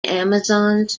amazons